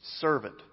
servant